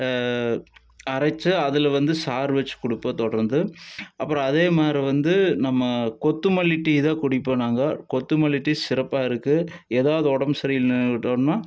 அரைத்து அதில் வந்து சாறு வச்சி கொடுப்போம் தொடர்ந்து அப்பறம் அதே மாரி வந்து நம்ம கொத்தமல்லி டீ தான் குடிப்போம் நாங்கள் கொத்தமல்லி டீ சிறப்பாக இருக்குது ஏதாவது ஒடம்பு சரியில்லாகட்டுன்னால்